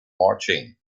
marching